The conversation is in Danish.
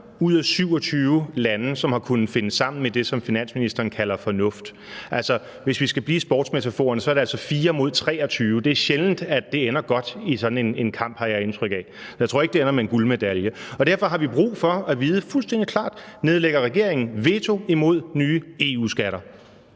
ud af 27 lande, som har kunnet finde sammen i det, som finansministeren kalder fornuft. Og hvis vi skal blive i sportsmetaforerne, er det altså 4 mod 23. Det er sjældent, at det ender godt i sådan en kamp, har jeg indtryk af; jeg tror ikke, det ender med en guldmedalje. Derfor har vi brug for at vide fuldstændig klart: Nedlægger regeringen veto imod nye EU-skatter?